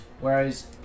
whereas